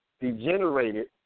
Degenerated